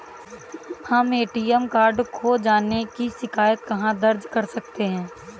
हम ATM card खो जाने की शिकायत कहाँ दर्ज कर सकते हैं?